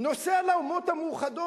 נוסע לאומות המאוחדות,